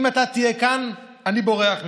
אם אתה תהיה כאן, אני בורח ממך.